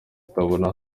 utabona